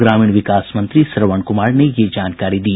ग्रामीण विकास मंत्री श्रवण कुमार ने यह जानकारी दी